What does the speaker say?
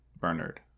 Bernard